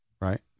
right